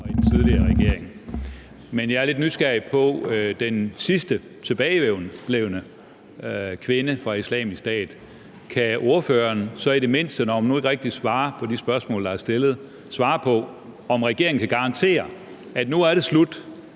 Men jeg er lidt nysgerrig på den sidste tilbageblevne kvinde fra Islamisk Stat. Kan ordføreren så i det mindste, når man nu ikke rigtig svarer på de spørgsmål, der er stillet, svare på, om regeringen kan garantere, at nu er det slut